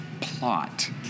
plot